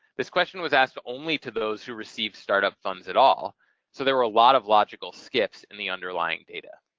this question was asked only to those who received start-up funds at all so there were a lot of logical skips in the underlying data.